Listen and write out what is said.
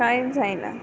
कांय जायना